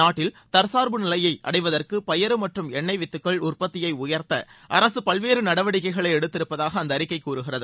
நாட்டில் தற்சார்பு நிலையை அடைவதற்கு பயறு மற்றம் எண்ணொய் வித்துகள் உற்பத்தியை உயர்த்த அரசு பல்வேறு நடவடிக்கைகளை எடுத்திருப்பதாக அந்த அறிக்கை கூறுகிறது